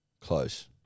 Close